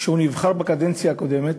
שנבחר בקדנציה הקודמת,